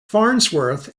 farnsworth